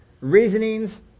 reasonings